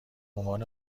عنوان